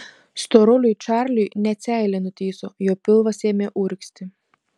storuliui čarliui net seilė nutįso jo pilvas ėmė urgzti